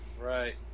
Right